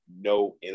no